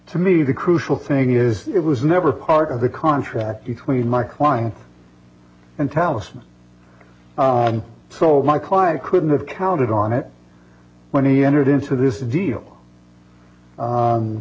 to me the crucial thing is it was never part of the contract between my client and talisman so my client couldn't have counted on it when he entered into this deal